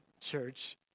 church